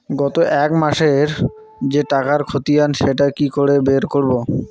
গত এক মাসের যে টাকার খতিয়ান সেটা কি করে বের করব?